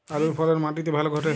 আলুর ফলন মাটি তে ভালো ঘটে?